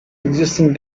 existing